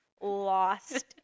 lost